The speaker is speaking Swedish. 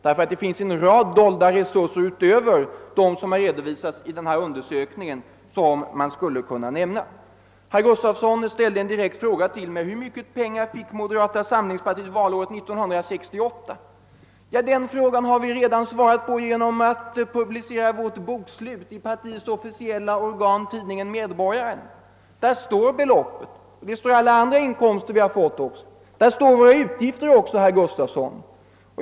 Herr Gustavsson i Nässjö ställde en direkt fråga till mig: Hur mycket pengar fick moderata samlingspartiet valåret 1968? Den frågan har vi redan besvarat genom att publicera vårt bokslut i partiets officiella organ, tidningen Medborgaren. Där återges beloppet liksom alla andra inkomster vi har haft. Där anges även våra utgifter.